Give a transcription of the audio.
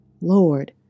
Lord